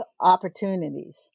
opportunities